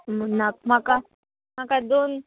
ना म्हाका म्हाका दोन